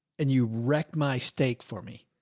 and you wreck my steak for me.